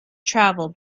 travel